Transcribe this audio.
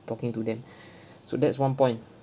talking to them so that's one point